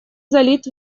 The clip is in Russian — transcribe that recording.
залит